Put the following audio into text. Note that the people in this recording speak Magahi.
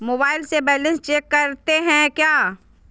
मोबाइल से बैलेंस चेक करते हैं क्या?